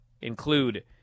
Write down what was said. include